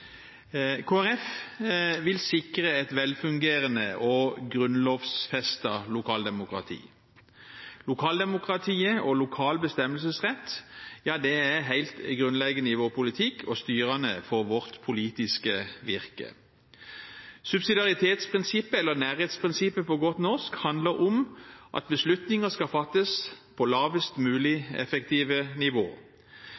sikre et velfungerende og grunnlovfestet lokaldemokrati. Lokaldemokratiet og lokal bestemmelsesrett er helt grunnleggende i vår politikk og styrende for vårt politiske virke. Subsidiaritetsprinsippet – eller nærhetsprinsippet, på godt norsk – handler om at beslutninger skal fattes på lavest